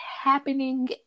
happening